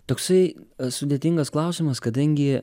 toksai sudėtingas klausimas kadangi